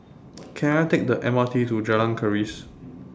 Can I Take The M R T to Jalan Keris